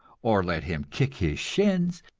or let him kick his shins,